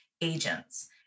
agents